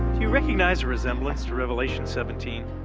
you recognize a resemblance to revelation seventeen,